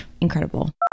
Incredible